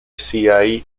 siaj